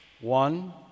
One